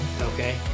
Okay